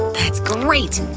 that's great,